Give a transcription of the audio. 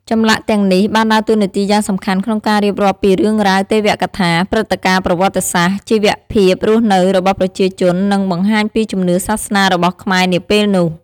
ចម្លាក់ទាំងនេះបានដើរតួនាទីយ៉ាងសំខាន់ក្នុងការរៀបរាប់ពីរឿងរ៉ាវទេវកថា ព្រឹត្តិការណ៍ប្រវត្តិសាស្ត្រ ជីវភាពរស់នៅរបស់ប្រជាជន និងបង្ហាញពីជំនឿសាសនារបស់ខ្មែរនាពេលនោះ។